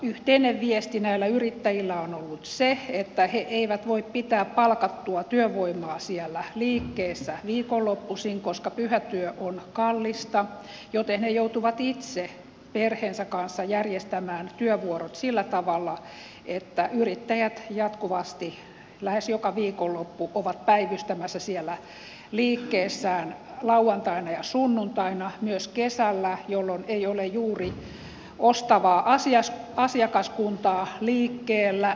yhteinen viesti näillä yrittäjillä on ollut se että he eivät voi pitää palkattua työvoimaa siellä liikkeessä viikonloppuisin koska pyhätyö on kallista joten he joutuvat itse perheensä kanssa järjestämään työvuorot sillä tavalla että yrittäjät jatkuvasti lähes joka viikonloppu ovat päivystämässä siellä liikkeessään lauantaina ja sunnuntaina myös kesällä jolloin ei ole juuri ostavaa asiakaskuntaa liikkeellä